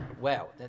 Wow